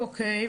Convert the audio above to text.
אוקיי,